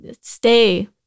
stay